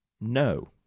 No